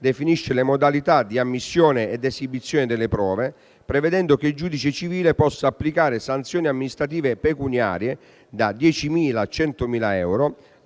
definisce le modalità di ammissione ed esibizione delle prove, prevedendo che il giudice civile possa applicare sanzioni amministrative pecuniarie (da 10.000 a 100.000 euro)